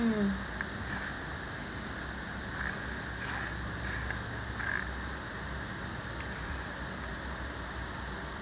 mm